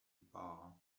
bar